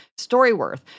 StoryWorth